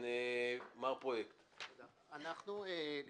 מר פרויקט, בבקשה.